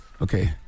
Okay